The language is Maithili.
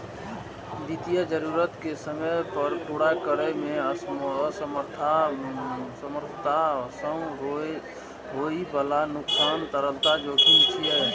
वित्तीय जरूरत कें समय पर पूरा करै मे असमर्थता सं होइ बला नुकसान तरलता जोखिम छियै